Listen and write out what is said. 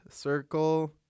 Circle